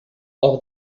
hors